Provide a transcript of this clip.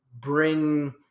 bring